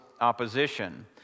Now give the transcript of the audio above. opposition